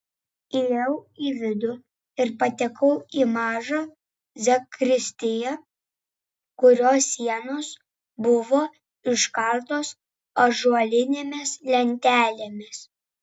įėjau į vidų ir patekau į mažą zakristiją kurios sienos buvo iškaltos ąžuolinėmis lentelėmis